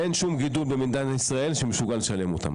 אין שום גידול במדינת ישראל שמסוגל לשלם אותן.